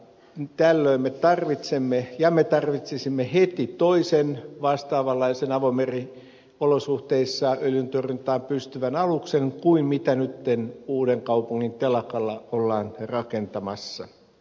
tällöin me tarvitsemme ja me tarvitsisimme heti toisen vastaavanlaisen avomeriolosuhteissa öljyntorjuntaan pystyvän aluksen kuin mitä nyt uudenkaupungin telakalla ollaan rakentamassa